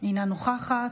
אינה נוכחת,